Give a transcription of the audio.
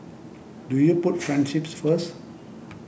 do you put friendship first